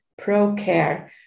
ProCare